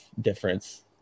difference